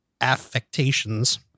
affectations